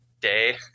day